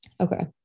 Okay